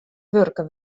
wurke